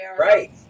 Right